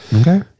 Okay